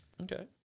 Okay